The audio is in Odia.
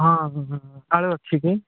ହଁ ଆଳୁ ଅଛି କି